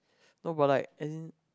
no but like as in